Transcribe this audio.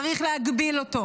צריך להגביל אותו.